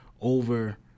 over